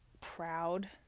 proud